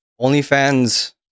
OnlyFans